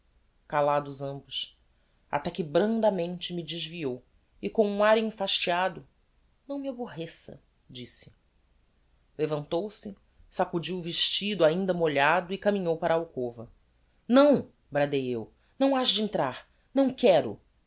calados ambos até que brandamente me desviou e com um ar enfastiado não me aborreça disse levantou-se sacudiu o vestido ainda molhado e caminhou para a alcova não bradei eu não has de entrar não quero